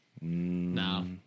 No